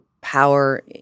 power